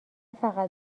فقط